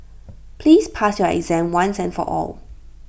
please pass your exam once and for all